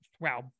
wow